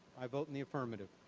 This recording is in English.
i vote in the affirmative.